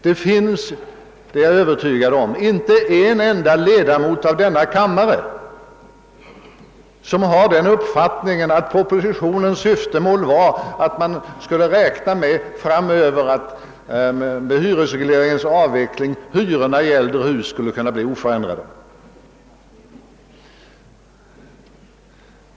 Det finns — det är jag övertygad om — inte en enda ledamot av denna kammare som har den uppfattningen att propositionens syftemål var att man skulle räkna med att hyrorna i äldre hus efter hyresregleringens avveckling skulle kunna bli oförändrade.